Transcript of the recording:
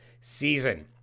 season